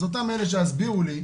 אז אותם אלה שיסבירו לי,